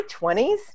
20s